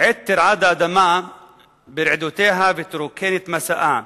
"עת תרעד האדמה ברעידותיה ותרוקן את משאה,